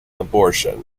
abortion